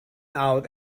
out